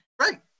Right